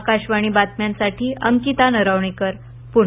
आकाशवाणी बातम्यांसाठी अंकिता नरवणेकर प्णे